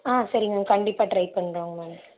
ஆ சரிங்க மேம் கண்டிப்பாக ட்ரை பண்ணுறோங்க மேம்